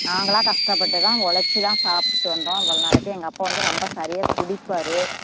நாங்களாக கஷ்டப்பட்டு தான் ஒழைச்சி தான் சாப்பிட்டு வந்தோம் இவ்வளோ நாளைக்கு எங்கள் அப்பா வந்து ரொம்ப சரியாக குடிப்பார்